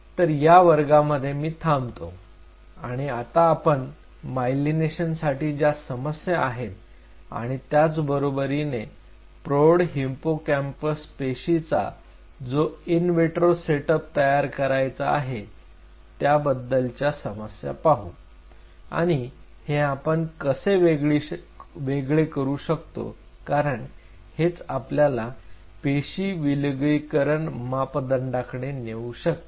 तर या वर्गामध्ये मी येथे थांबतो आणि आता आपण मायलिनेशन साठी ज्या समस्या आहेत आणि त्याचबरोबरीने प्रौढ हिप्पोकॅम्पस पेशींचा जो ईन विट्रो सेटअप तयार करायचा आहे त्याबद्दल त्याबद्दलच्या समस्या पाहू आणि हे आपण कसे वेगळे करू शकतो कारण हेच आपल्याला पेशी विलगीकरण मापदंडकडे नेऊ शकते